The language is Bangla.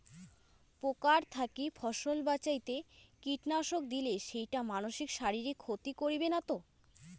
পোকার থাকি ফসল বাঁচাইতে কীটনাশক দিলে সেইটা মানসির শারীরিক ক্ষতি করিবে না তো?